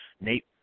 Nate